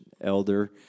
elder